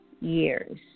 years